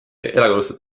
erakordselt